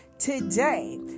today